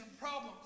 problems